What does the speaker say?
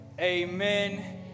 Amen